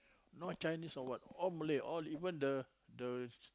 no Chinese or what all Malay all even the the